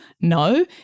No